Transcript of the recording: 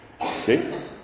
Okay